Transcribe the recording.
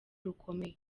rukomeye